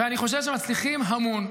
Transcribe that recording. אני חושב שמצליחים המון.